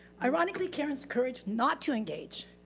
ironically, karen's courage not to engage